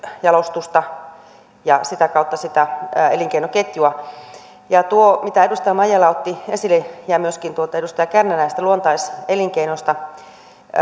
jalostusta ja sitä kautta sitä elinkeinoketjua sitä ajatellen mitä edustaja maijala otti esille ja myöskin edustaja kärnä näistä luontais elinkeinoista